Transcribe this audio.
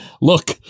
Look